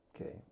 Okay